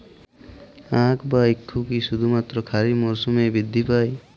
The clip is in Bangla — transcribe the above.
আখ বা ইক্ষু কি শুধুমাত্র খারিফ মরসুমেই বৃদ্ধি পায়?